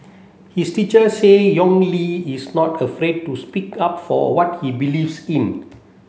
his teacher say Yong Li is not afraid to speak up for what he believes in